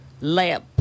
lab